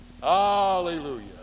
Hallelujah